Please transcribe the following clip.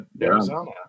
Arizona